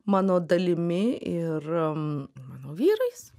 mano dalimi ir mano vyrais